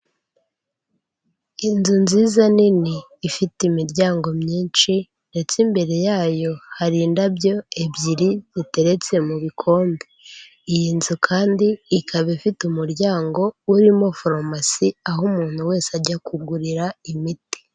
Inzu nziza nini ifite imiryango myinshi ndetse imbere yayo hari indabyo ebyiri ziteretse mu bikombe, iyi nzu kandi ikaba ifite umuryango urimo farumasi aho umuntu wese ajya kugurira imiti.